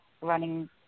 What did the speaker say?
running